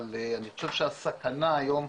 אבל אני חושב שהסכנה היום,